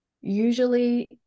usually